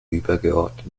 übergeordnet